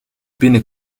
binnen